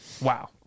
wow